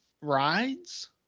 rides